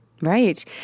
Right